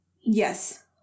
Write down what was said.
Yes